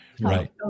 right